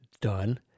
done